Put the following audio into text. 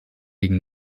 gegen